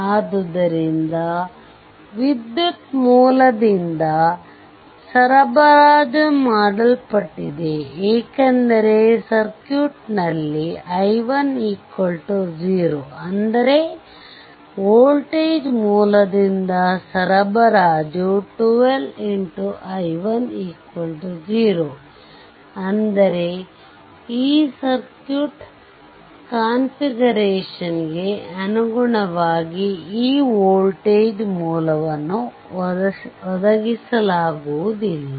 ಆದ್ದರಿಂದ ವಿದ್ಯುತ್ ಮೂಲದಿಂದ ಸರಬರಾಜು ಮಾಡಲ್ಪಟ್ಟಿದೆ ಏಕೆಂದರೆ ಸರ್ಕ್ಯೂಟ್ನಲ್ಲಿ i1 0 ಅಂದರೆ ವೋಲ್ಟೇಜ್ ಮೂಲದಿಂದ ಸರಬರಾಜು 12 xi1 0 ಅಂದರೆ ಈ ಸರ್ಕ್ಯೂಟ್ ಕಾನ್ಫಿಗರೇಶನ್ಗೆ ಅನುಗುಣವಾಗಿ ಈ ವೋಲ್ಟೇಜ್ ಮೂಲವನ್ನು ಒದಗಿಸಲಾಗುವುದಿಲ್ಲ